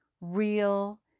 real